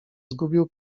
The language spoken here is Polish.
zgubił